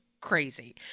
crazy